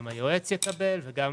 גם היועץ יקבל וגם